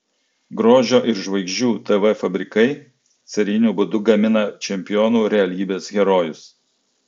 grožio ir žvaigždžių tv fabrikai serijiniu būdu gamina čempionų realybės herojus